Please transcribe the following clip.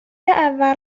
اول